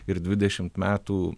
ir dvidešimt metų